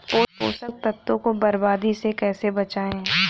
पोषक तत्वों को बर्बादी से कैसे बचाएं?